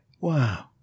Wow